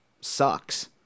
sucks